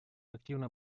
активно